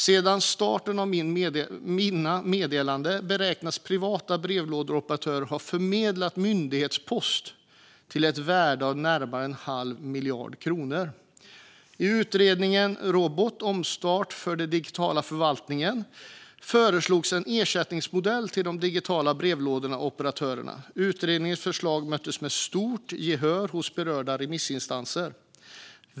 Sedan starten av Mina Meddelanden beräknas privata brevlådeoperatörer ha förmedlat myndighetspost till ett värde av närmare 1⁄2 miljard kronor. I utredningen Reboot - omstart för den digitala förvaltningen föreslogs en ersättningsmodell till de digitala brevlådeoperatörerna. Utredningens förslag mötte stort gehör hos berörda remissinstanser.